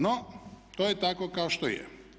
No, to je tako kao što je.